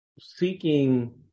seeking